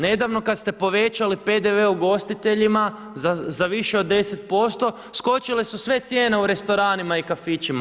Nedavno kada ste povećali PDV ugostiteljima za više od 10% skočile su sve cijene u restoranima i kafićima.